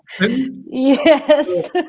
Yes